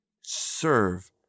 serve